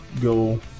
go